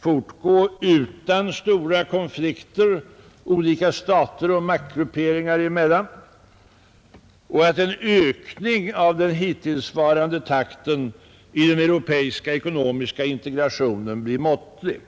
fortgå utan stora konflikter olika stater och maktgrupperingar emellan och att en ökning av den hittillsvarande takten i den europeiska ekonomiska integrationen blir måttlig.